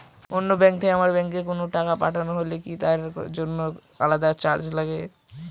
অন্য ব্যাংক থেকে আমার ব্যাংকে কোনো টাকা পাঠানো হলে কি তার জন্য আলাদা চার্জ লাগে?